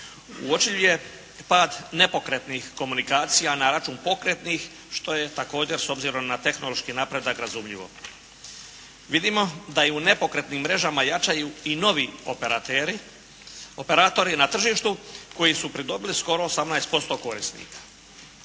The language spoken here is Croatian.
Uočljiv je pad nepokretnih komunikacija na račun pokretnih što je također s obzirom na tehnološki napredak razumljivo. Vidimo da i u nepokretnim mrežama jačaju novi operateri, operatori na tržištu koji su pridobili skoro 18% korisnika.